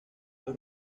los